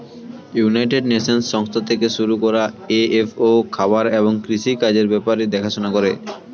United Nations সংস্থা থেকে শুরু করা এফ.এ.ও খাবার এবং কৃষি কাজের ব্যাপার দেখাশোনা করে